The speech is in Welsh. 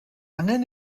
angen